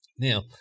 Now